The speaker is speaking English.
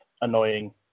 annoying